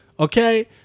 Okay